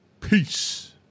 peace